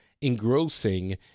engrossing